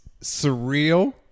surreal